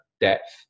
depth